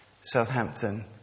Southampton